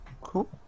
Cool